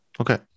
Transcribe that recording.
Okay